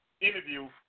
interview